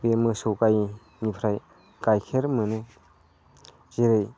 बे मोसौ गाइनिफ्राय गाइखेर मोनो जेरै